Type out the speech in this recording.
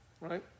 right